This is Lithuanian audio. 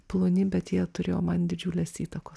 ploni bet jie turėjo man didžiulės įtakos